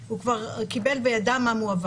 הוא כבר וקיבל וידע מה מועבר.